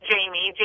Jamie